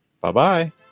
Bye-bye